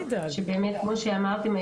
כמו שאמרתם,